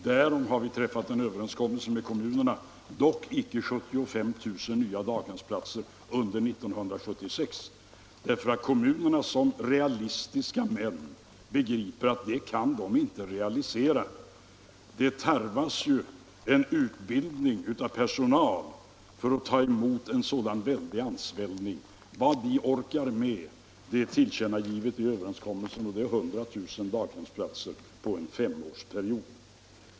Därom har vi träffat en överenskommelse med kommunerna — dock icke om 75 000 nya daghemsplatser under 1976, eftersom kommunernas företrädare som realistiska män begriper att det kan de inte realisera. Det tarvas ju en utbildning av personal för att ta emot en sådan väldig ansvällning. Vad vi orkar är tillkännagivet i överenskommelsen, och det är 100 000 daghemsplatser på en femårsperiod.